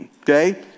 okay